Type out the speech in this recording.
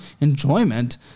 enjoyment